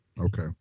Okay